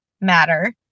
matter